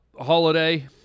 holiday